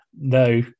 no